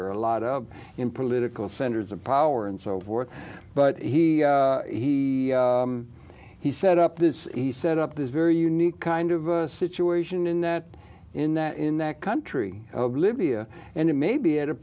are a lot of in political centers of power and so forth but he he he set up this he set up this very unique kind of a situation in that in that in that country of libya and it may be at a